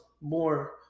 more